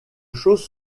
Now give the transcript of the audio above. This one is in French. choses